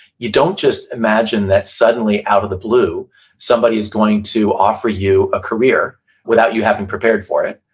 you don't just imagine that suddenly out of the blue somebody is going to offer you a career without you having prepared for it.